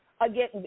Again